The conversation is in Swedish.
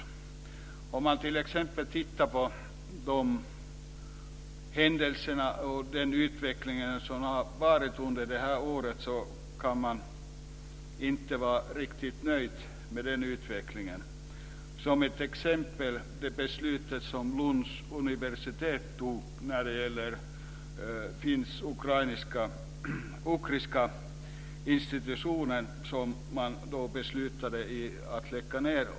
Om man ser på den utveckling som varit under året kan man inte vara riktigt nöjd. Som exempel kan jag nämna finsk-ugriska institutionen som Lunds universitet beslutade att lägga ned.